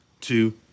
two